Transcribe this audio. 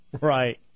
Right